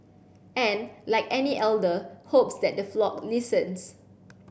and like any elder hopes that the flock listens